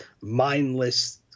mindless